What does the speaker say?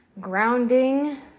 grounding